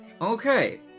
okay